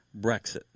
Brexit